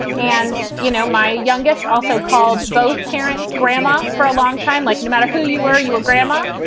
and, you know, my youngest also called both parents grandma for a long time. like, no matter who you were, you were grandma.